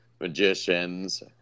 magicians